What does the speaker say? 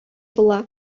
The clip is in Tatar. була